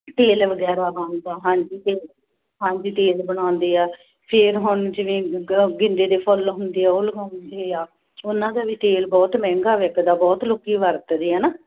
ਤੇਲ ਵਗੈਰਾ ਬਣਦਾ ਹਾਂਜੀ ਤੇਲ ਹਾਂਜੀ ਤੇਲ ਬਣਾਉਂਦੇ ਆ ਫੇਰ ਹੁਣ ਜਿਵੇਂ ਗ ਗੇਂਦੇ ਦੇ ਫੁੱਲ ਹੁੰਦੇ ਆ ਉਹ ਲਗਾਉਂਦੇ ਆ ਉਹਨਾਂ ਦਾ ਵੀ ਤੇਲ ਬਹੁਤ ਮਹਿੰਗਾ ਵਿਕਦਾ ਬਹੁਤ ਲੋਕ ਵਰਤਦੇ ਆ ਨਾ